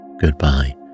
Goodbye